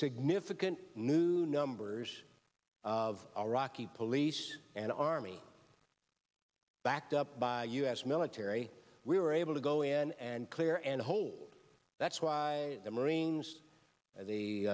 significant noon numbers of iraqi police and army backed up by u s military we were able to go in and clear and hold that's why the marines